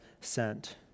sent